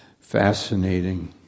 fascinating